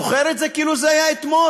זוכר את זה כאילו זה היה אתמול.